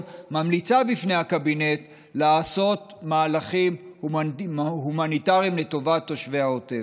ממליצה בפני הקבינט לעשות מהלכים הומניטריים לטובת תושבי העוטף,